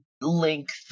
length